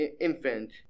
infant